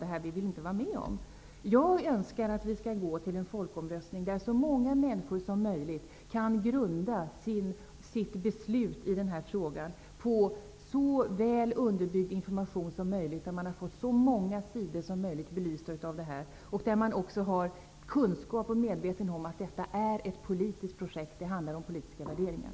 Det här vill vi inte vara med om. Jag önskar att vi går till en folkomröstning där så många människor som möjligt kan grunda sitt beslut i frågan på så väl underbyggd information som möjligt -- dvs. att så många sidor som möjligt har blivit belysta och att kunskapen och medvetenheten finns om att detta är ett politiskt projekt, att det handlar om politiska värderingar.